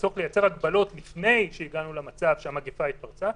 הצורך לייצר הגבלות לפני שהגענו למצב שמגפה התפרצה,